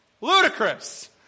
ludicrous